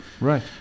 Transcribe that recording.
Right